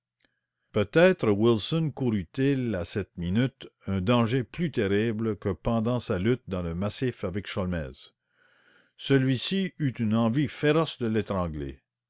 peut-être wilson courut il à cette minute un danger plus terrible que pendant sa lutte dans le massif avec sholmès celui-ci eut une envie féroce de l'étrangler